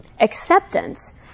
Acceptance